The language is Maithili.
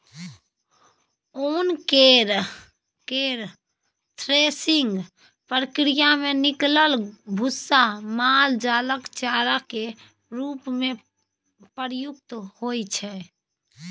ओन केर थ्रेसिंग प्रक्रिया मे निकलल भुस्सा माल जालक चारा केर रूप मे प्रयुक्त होइ छै